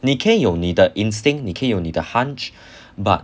你可以有你的 instinct 你可以有你的 hunch but